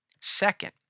Second